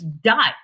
died